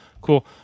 cool